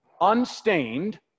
unstained